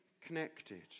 connected